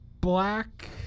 black